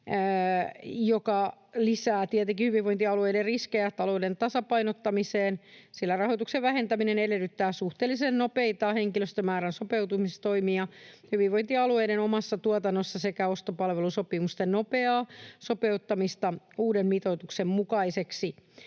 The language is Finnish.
joka lisää tietenkin hyvinvointialueiden riskejä talouden tasapainottamiseen, sillä rahoituksen vähentäminen edellyttää suhteellisen nopeita henkilöstömäärän sopeuttamistoimia hyvinvointialueiden omassa tuotannossa sekä ostopalvelusopimusten nopeaa sopeuttamista uuden mitoituksen mukaisiksi.